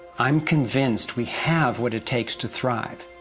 i'm convinced we have what it takes to thrive.